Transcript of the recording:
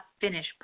finish